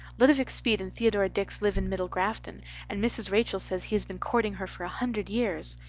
ludovic speed and theodora dix live in middle grafton and mrs. rachel says he has been courting her for a hundred years.